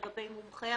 לגבי מומחה,